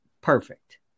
perfect